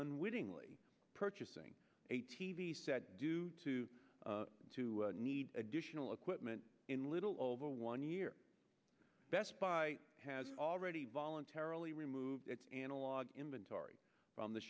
unwittingly purchasing a t v set due to to need additional equipment in little over one year best buy has already voluntarily removed its analog inventory on the